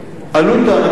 בעיה